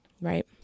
Right